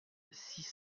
six